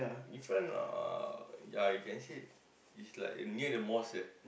in front uh ya you can see is like near the mosque there